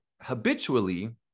habitually